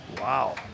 Wow